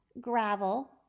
Gravel